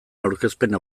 aurkezpen